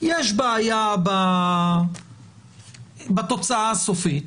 יש בעיה בתוצאה הסופית.